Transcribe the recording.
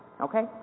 Okay